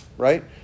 Right